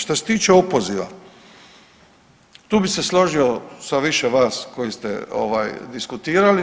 Što se tiče opoziva, tu bi se složio sa više vas koji ste ovaj diskutirali.